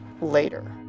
later